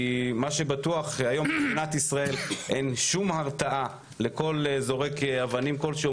כי מה שבטוח היום מבחינת ישראל אין שום הרתעה לכל זורק אבנים כלשהו,